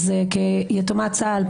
אז כיתומת צה"ל,